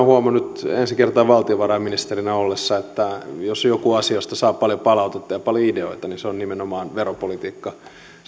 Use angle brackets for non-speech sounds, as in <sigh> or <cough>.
<unintelligible> huomannut ensi kertaa valtiovarainministerinä ollessani että jos on joku asia josta saa paljon palautetta ja paljon ideoita niin se on nimenomaan veropolitiikka